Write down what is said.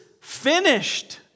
finished